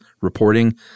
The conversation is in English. Reporting